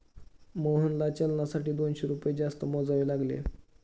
मोहनला चलनासाठी दोनशे रुपये जास्त मोजावे लागले